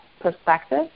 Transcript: perspective